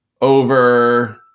over